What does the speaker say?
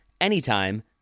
anytime